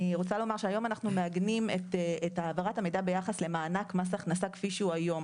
היום אנחנו מעגנים את העברת המידע ביחס למענק מס הכנסה כפי שהוא היום.